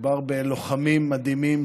מדובר בלוחמים מדהימים,